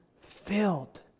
filled